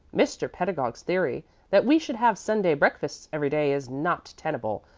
mr. pedagog's theory that we should have sunday breakfasts every day is not tenable,